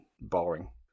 boring